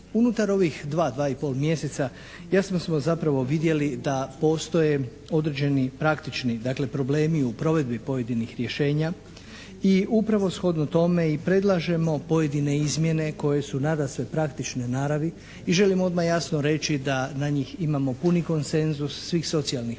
Unutar ova dva, dva i pol mjeseca jasno smo zapravo vidjeli da postoje određeni praktični dakle problemi u provedbi pojedinih rješenja i upravo shodno tome i predlažemo pojedine izmjene koje su nadasve praktične naravi i želim odmah jasno reći da na njih imamo puni konsenzus svih socijalnih partnera,